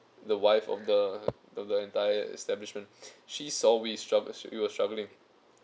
the wife of the the entire establishment she saw we struggled we were struggling